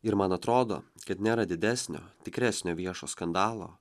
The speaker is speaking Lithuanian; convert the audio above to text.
ir man atrodo kad nėra didesnio tikresnio viešo skandalo